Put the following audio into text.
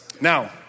Now